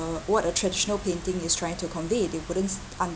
a what a traditional painting is trying to convey they wouldn't